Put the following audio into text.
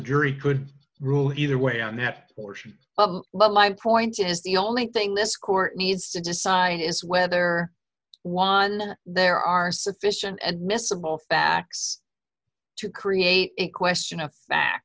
jury could rule either way on that portion but my point is the only thing this court needs to decide is whether one there are sufficient admissible facts to create a question of fac